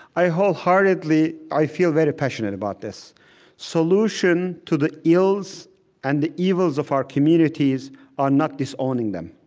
i wholeheartedly i feel very passionate about this solution to the ills and the evils of our communities are not disowning them.